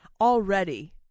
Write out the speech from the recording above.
Already